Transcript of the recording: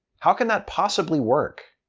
how can that possibly work.